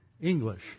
English